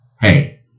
hey